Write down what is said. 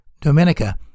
Dominica